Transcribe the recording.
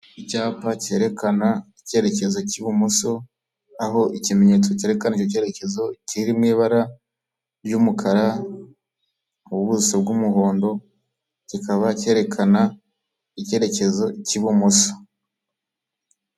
Icyapa kerekana icyerekezo cy'ibumoso, aho ikimenyetso kerekana icyo cyerekezo kiri mu ibara ry'umukara, ubuso bw'umuhondo, kikaba kerekana icyerekezo cy'ibumoso.